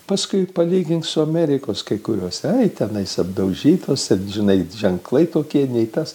paskui palygink su amerikos kai kuriuos ai tenais apdaužytos žinai ženklai tokie nei tas